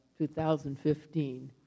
2015